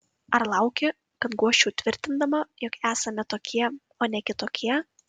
ar lauki kad guosčiau tvirtindama jog esame tokie o ne kitokie